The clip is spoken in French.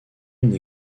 une